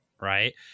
Right